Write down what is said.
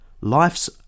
life's